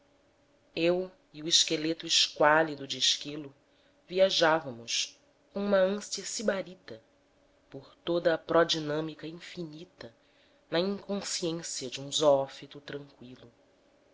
eu e o esqueleto esquálido de esquilo viajávamos com uma ânsia sibarita por toda a pro dinâmica infinita na inconsciência de um zoófito tranqüilo